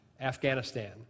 Afghanistan